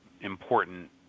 important